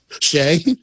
Shay